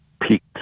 peaked